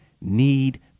need